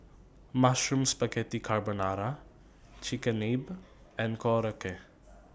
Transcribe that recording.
Mushroom Spaghetti Carbonara Chigenabe and Korokke